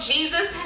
Jesus